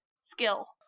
skill